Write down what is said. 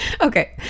Okay